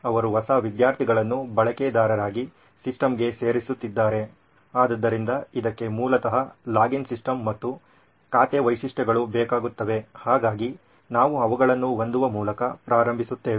ಆದ್ದರಿಂದ ಅವರು ಹೊಸ ವಿದ್ಯಾರ್ಥಿಗಳನ್ನು ಬಳಕೆದಾರರಾಗಿ ಸಿಸ್ಟಮ್ಗೆ ಸೇರಿಸುತ್ತಿದ್ದಾರೆ ಆದ್ದರಿಂದ ಇದಕ್ಕೆ ಮೂಲತಃ ಲಾಗಿನ್ ಸಿಸ್ಟಮ್ ಮತ್ತು ಖಾತೆ ವೈಶಿಷ್ಟ್ಯಗಳು ಬೇಕಾಗುತ್ತವೆ ಹಾಗಾಗಿ ನಾವು ಅವುಗಳನ್ನು ಹೊಂದುವ ಮೂಲಕ ಪ್ರಾರಂಭಿಸುತ್ತೇವೆ